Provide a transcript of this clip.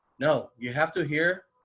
no, you have to hear,